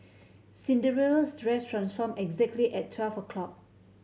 Cinderella's dress transformed exactly at twelve o' clock